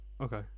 okay